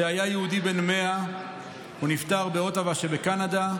שהיה יהודי בן 100. הוא נפטר באוטווה שבקנדה.